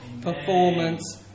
performance